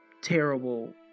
terrible